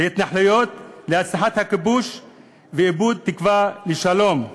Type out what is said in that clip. להתנחלויות, להצלחת הכיבוש ואיבוד תקווה לשלום.